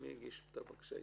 מי הגיש את הבקשה?